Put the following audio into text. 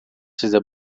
size